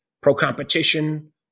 pro-competition